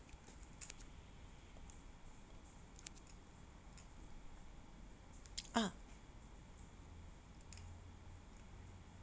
ah